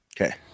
Okay